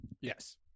Yes